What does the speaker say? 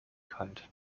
kalt